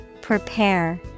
Prepare